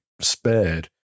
spared